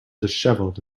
dishevelled